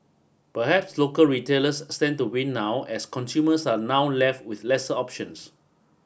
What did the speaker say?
perhaps local retailers stand to win now as consumers are now left with lesser options